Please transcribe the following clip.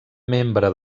membre